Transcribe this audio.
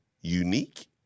unique